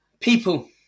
People